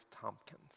Tompkins